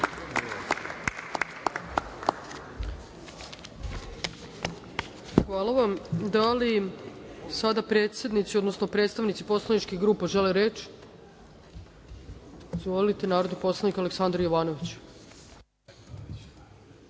Hvala. Da li sada predsednici, odnosno predstavnici poslaničkih grupa žele reč? Reč ima narodni poslanik Aleksandar Jovanović.